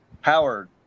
Howard